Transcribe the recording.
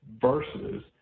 versus